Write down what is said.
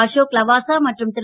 அசோக் லவாசா மற்றும் திரு